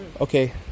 okay